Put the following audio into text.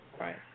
Right